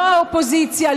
לא האופוזיציה,